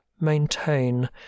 maintain